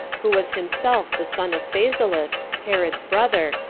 who was himself the son of phasaelus, herod's brother,